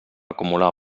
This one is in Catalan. acumular